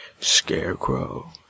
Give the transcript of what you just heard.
Scarecrow